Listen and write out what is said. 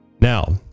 Now